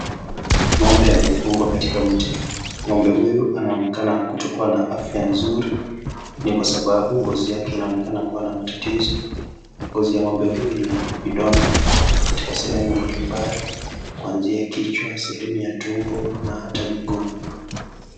Ng'ombe aliyefungwa katika mtu. Ng'ombe huyu anaonekana kutokuwa na afya nzuri. Hii ni kwa sababu ngozi yake inaonekana kuwa na matatizo. Ngozi ya ng'ombe huyu ina vidonda katika sehemu mbalimbali kuanzia kichwa , sehemu ya tumbo na hata miguu.